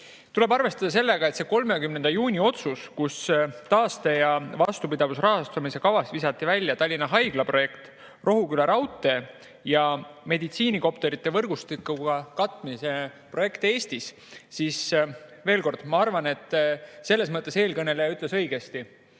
Tuleb arvestada sellega, et see 30. juuni otsus, kui taaste- ja vastupidavusrahastamise kavast visati välja Tallinna Haigla projekt, Rohuküla raudtee ja meditsiinikopterite võrgustikuga katmise projekt Eestis, siis veel kord, ma arvan, selles mõttes eelkõneleja ütles õigesti,